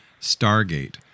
Stargate